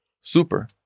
super